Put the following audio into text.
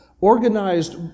organized